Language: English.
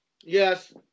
Yes